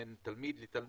בין תלמיד לתלמיד.